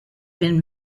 been